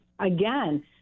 again